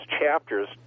chapters